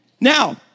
Now